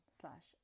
slash